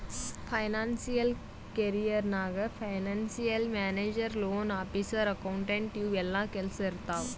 financial career ನಾಗ್ financial manager, loan officer, accountant ಇವು ಎಲ್ಲಾ ಕೆಲ್ಸಾ ಇರ್ತಾವ್